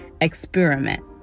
experiment